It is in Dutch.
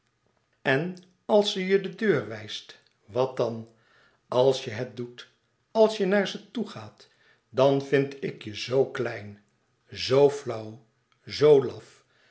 en als ze je de deur wijst wat dan als je het doet als je naar ze toegaat dan vind ik je zoo klein zoo flauw zoo laf